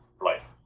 life